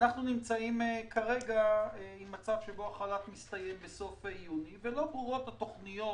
אנחנו נמצאים כרגע במצב בו החל"ת מסתיים בסוף יוני ולא ברורות התכניות